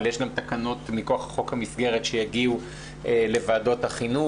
אבל יש גם תקנות מכוח חוק המסגרת שיגיעו לוועדות החינוך